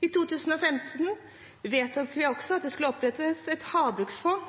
I 2015 vedtok vi også at det skulle opprettes et havbruksfond,